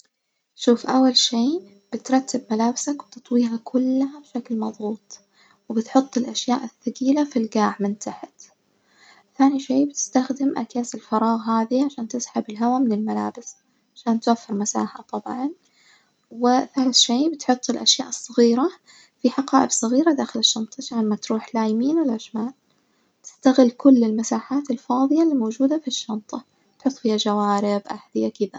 شوف أول شي بترتب ملابسك و بتطويها كلها بشكل مضغوط وبتحط الاشياء الثقيلة في الجاع تحت، تاني شي بتستخدم أكياس الفراغ هذي عشان تسحب الهوا من الملابس عشان توفر مساحة طبعًا، وثاني شي بتحط الأشياء الصغيرة في حقائب صغيرة داخل الشنطة عشان ما تروح لا يمين و لا شمال، بتستغل كل المساحات الفاظية الموجودة في الشنطة بتحط فيها جوارب أحذية كدة.